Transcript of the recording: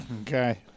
Okay